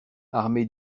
armé